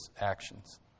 actions